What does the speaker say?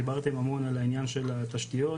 דיברתם המון על העניין של התשתיות,